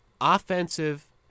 Offensive